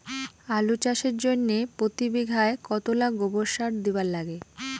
আলু চাষের জইন্যে প্রতি বিঘায় কতোলা গোবর সার দিবার লাগে?